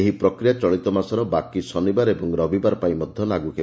ଏହି ପ୍ରକ୍ରିୟା ଚଳିତମାସର ବାକି ଶନିବାର ଓ ରବିବାର ପାଇଁ ମଧ୍ଧ ଲାଗ୍ର ହେବ